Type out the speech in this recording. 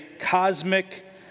cosmic